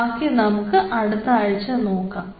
ബാക്കി നമുക്ക് അടുത്ത ആഴ്ച നോക്കാം